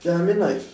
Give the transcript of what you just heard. ya I mean like